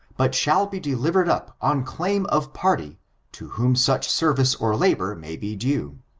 but shall be delivered up on claim of party to whom such service or labor may be due.